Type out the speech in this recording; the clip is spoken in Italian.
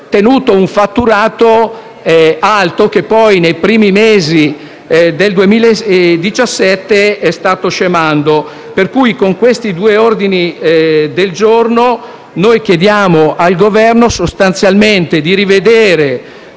tenuto un fatturato alto, che poi nei primi mesi del 2017 è andato scemando. Con questi due ordini del giorno chiediamo al Governo di rivedere